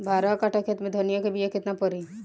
बारह कट्ठाखेत में धनिया के बीया केतना परी?